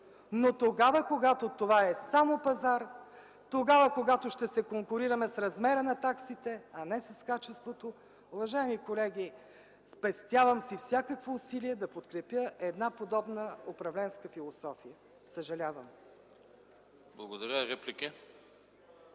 но тогава когато това е само пазар; тогава когато ще се конкурираме с размера на таксите, а не с качеството. Уважаеми колеги, спестявам си всякакво усилие да подкрепя една подобна управленска философия. Съжалявам! ПРЕДСЕДАТЕЛ